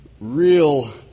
real